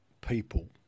people